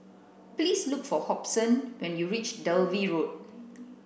please look for Hobson when you reach Dalvey Road